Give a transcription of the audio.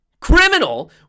criminal